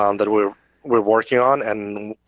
um that we're we're working on. and